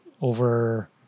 over